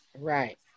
Right